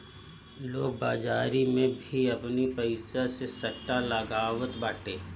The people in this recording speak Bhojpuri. लोग बाजारी में भी आपनी पईसा से सट्टा लगावत बाटे